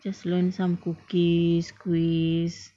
just learn some cookies glaze